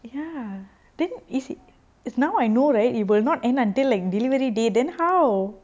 ya then is is now I know right it will not end until like delivery day then how